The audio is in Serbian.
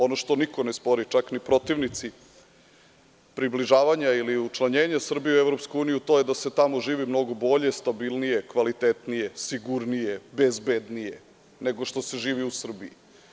Ono što niko ne spori, čak ni protivnici, približavanje ili učlanjenje Srbije u EU to je da se tamo živi mnogo bolje, stabilnije, kvalitetnije, sigurnije, bezbednije nego što se živi u Srbiji.